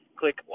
click